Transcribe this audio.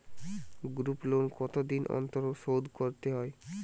Group loan কতদিন অন্তর শোধকরতে হয়?